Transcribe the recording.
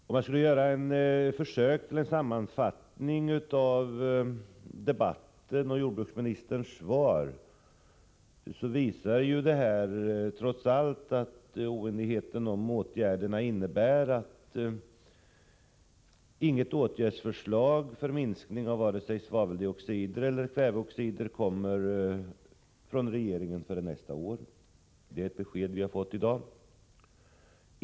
Om jag skall göra ett försök till sammanfattning av debatten och jordbruksministerns svar kommer jag till följande resultat. Oenigheten om åtgärderna innebär trots allt att det från regeringen inte kommer något åtgärdsförslag för en minskning av svaveldioxideller kvävedioxidutsläppen förrän nästa år. Det är ett besked som vi har fått i dag.